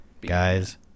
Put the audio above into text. guys